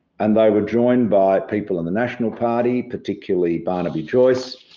and they were joined by people in the national party, particularly barnaby joyce,